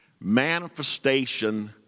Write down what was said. manifestation